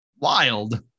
wild